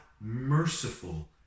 merciful